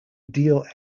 deal